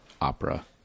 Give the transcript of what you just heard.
opera